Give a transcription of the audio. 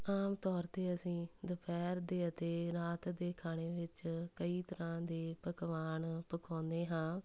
ਆਮ ਤੌਰ 'ਤੇ ਅਸੀਂ ਦੁਪਹਿਰ ਦੇ ਅਤੇ ਰਾਤ ਦੇ ਖਾਣੇ ਵਿੱਚ ਕਈ ਤਰ੍ਹਾਂ ਦੇ ਪਕਵਾਨ ਪਕਾਉਂਦੇ ਹਾਂ